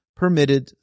permitted